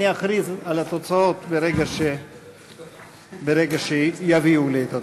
אני אכריז על התוצאות ברגע שיביאו לי אותן.